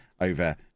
over